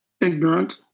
ignorant